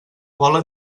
vola